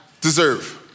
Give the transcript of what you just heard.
deserve